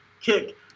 kick